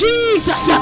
Jesus